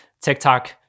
TikTok